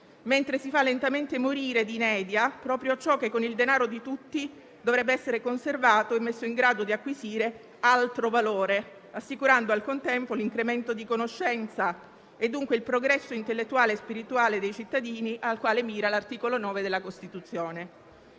mentre si fa lentamente morire d'inedia proprio ciò che con il denaro di tutti dovrebbe essere conservato e messo in grado di acquisire altro valore, assicurando al contempo l'incremento di conoscenza e dunque il progresso intellettuale e spirituale dei cittadini, al quale mira l'articolo 9 della Costituzione.